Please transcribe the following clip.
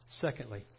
Secondly